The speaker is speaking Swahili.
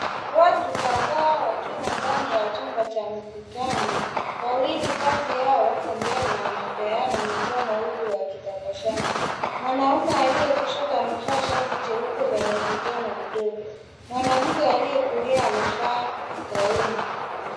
Watu kathaa wakiwa ndani ya chumba cha mkutano, wawili kati yao wako mbele na wanapeana mikono huku wakitabasamu, mwanaume aliye kushoto amevaa shati jeupe lenye vitone vidogo, mwanamke alie kulia amefaa kauni.